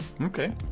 Okay